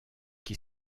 qui